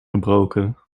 gebroken